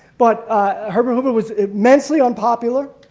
but herbert hoover was immensely unpopular.